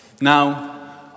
Now